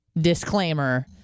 disclaimer